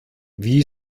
wie